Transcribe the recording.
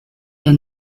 der